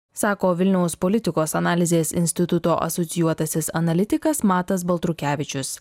sako vilniaus politikos analizės instituto asocijuotasis analitikas matas baltrukevičius